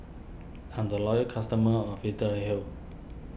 I'm a loyal customer of Vitahealth